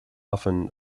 often